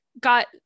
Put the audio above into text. got